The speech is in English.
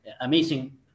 amazing